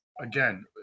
Again